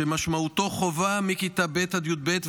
שמשמעותו חובה מכיתה ב' עד י"ב,